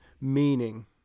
meaning